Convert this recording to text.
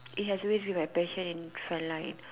it has always have been my passion in front line